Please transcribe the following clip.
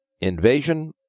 Invasion